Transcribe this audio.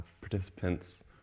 participants